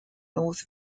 north